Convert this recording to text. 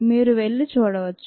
మీరు వెళ్ళి చూడవచ్చు